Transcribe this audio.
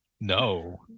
no